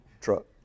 truck